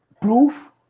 proof